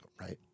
right